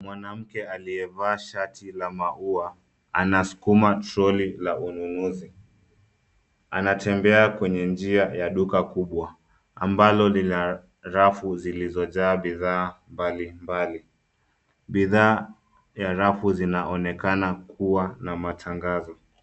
Mwanamke aliyevaa shati la maua, anasukuma trolley la ununuzi, anatembea kwenye njia ya duka kubwa, ambalo lina rafu zilizojaa bidhaa mbalimbali. Bidhaa ya rafu zinaonekana kuwa na matangazo.